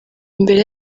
imbere